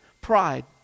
pride